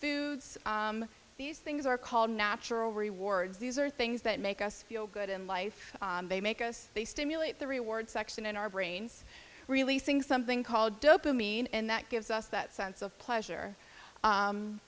food these things are called natural rewards these are things that make us feel good in life they make us they stimulate the reward section in our brains releasing something called dopamine and that gives us that sense of pleasure